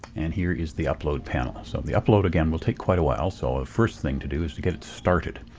and here is the upload panel. so and the upload, again, will take quite a while so the ah first thing to do is to get it started.